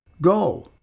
Go